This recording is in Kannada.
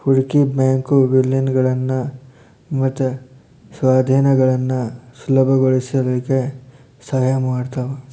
ಹೂಡ್ಕಿ ಬ್ಯಾಂಕು ವಿಲೇನಗಳನ್ನ ಮತ್ತ ಸ್ವಾಧೇನಗಳನ್ನ ಸುಲಭಗೊಳಸ್ಲಿಕ್ಕೆ ಸಹಾಯ ಮಾಡ್ತಾವ